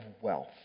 wealth